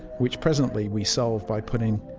which presently we solve by putting,